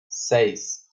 seis